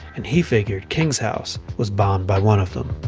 and he figured king's house was bombed by one of them.